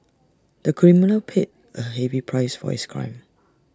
the criminal paid A heavy price for his crime